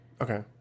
Okay